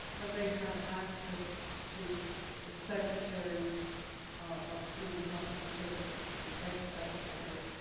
but they have access to the secretary of human health and services, the ex-secretary.